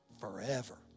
forever